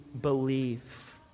believe